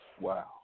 wow